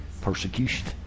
persecution